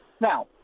Now